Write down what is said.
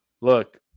Look